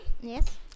Yes